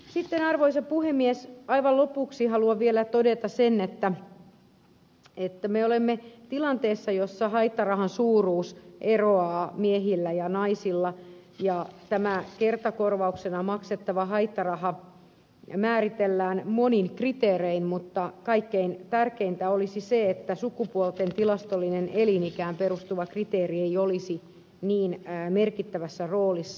sitten arvoisa puhemies aivan lopuksi haluan vielä todeta sen että me olemme tilanteessa jossa haittarahan suuruus eroaa miehillä ja naisilla ja tämä kertakorvauksena maksettava haittaraha määritellään monin kriteerin mutta kaikkein tärkeintä olisi se että sukupuolten tilastolliseen elinikään perustuva kriteeri ei olisi niin merkittävässä roolissa